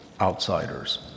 outsiders